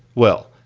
well,